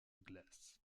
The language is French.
glace